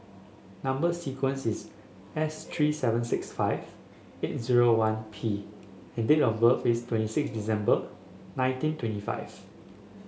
number sequence is S three seven six five eight zero one P and date of birth is twenty six December nineteen twenty five